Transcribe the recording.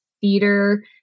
theater